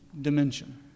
dimension